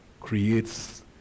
creates